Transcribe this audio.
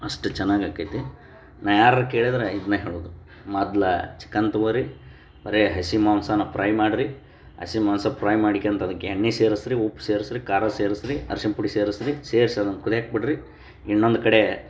ಅಷ್ಟು ಚೆನ್ನಾಗಿ ಆಕೈತಿ ನಾನು ಯಾರಾರೂ ಕೇಳಿದರೆ ಇದನ್ನೇ ಹೇಳೋದು ಮೊದ್ಲೆ ಚಿಕನ್ ತೊಗೊಳಿ ಬರೀ ಹಸಿ ಮಾಂಸನ್ನ ಫ್ರೈ ಮಾಡಿರಿ ಹಸಿ ಮಾಂಸದ ಫ್ರೈ ಮಾಡ್ಕಂದ್ ಅದಕ್ಕೆ ಎಣ್ಣೆ ಸೇರಿಸ್ರಿ ಉಪ್ಪು ಸೇರಿಸ್ರಿ ಖಾರ ಸೇರಿಸ್ರಿ ಅರ್ಶಿನ ಪುಡಿ ಸೇರಿಸ್ರಿ ಸೇರ್ಸಿ ಅದನ್ನು ಕುದ್ಯಕ್ಕೆ ಬಿಡಿರಿ ಇನ್ನೊಂದು ಕಡೆ